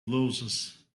louses